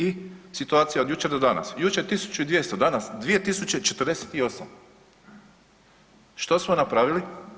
I situacija od jučer do danas jučer 1200, danas 2048, što smo napravili?